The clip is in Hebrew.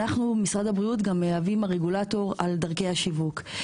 משרד הבריאות מהווים רגולטור גם על דרכי השיווק.